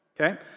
Okay